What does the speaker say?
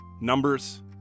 Numbers